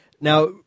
Now